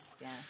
yes